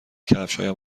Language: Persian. کفشهایم